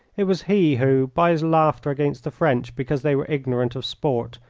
it was he who, by his laughter against the french because they were ignorant of sport,